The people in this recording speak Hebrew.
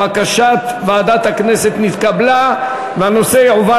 בקשת ועדת הכנסת נתקבלה והנושא יועבר